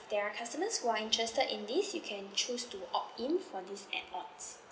there're customers who are interested in these you can choose to opt in for these add ons